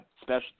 Special